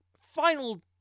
final